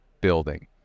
building